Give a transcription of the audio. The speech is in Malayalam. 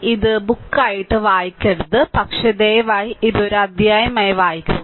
ഇതു ബുക്ക് ആയിട്ട് വായിക്കരുത് പക്ഷേ ദയവായി ഇത് ഒരു അധ്യായമായി വായിക്കുക